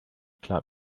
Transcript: club